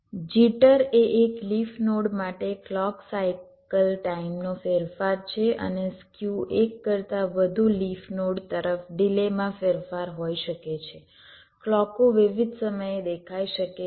jitter એ એક leaf node માટે ક્લૉક સાયકલ ટાઇમનો ફેરફાર છે અને સ્ક્યુ એક કરતા વધુ લિફ નોડ તરફ ડિલેમાં ફેરફાર હોઈ શકે છે ક્લૉકો વિવિધ સમયે દેખાઈ શકે છે